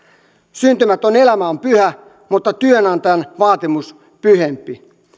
syntymätön elämä on pyhä mutta työnantajan vaatimus pyhempi